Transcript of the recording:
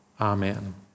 Amen